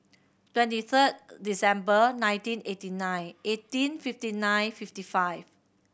twenty third December nineteen eighty nine eighteen fifty nine fifty five